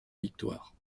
victoire